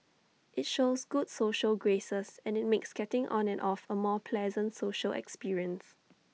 IT shows good social graces and IT makes getting on and off A more pleasant social experience